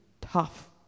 tough